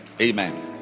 amen